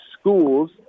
schools